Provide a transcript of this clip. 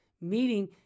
meeting